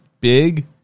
big